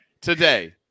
Today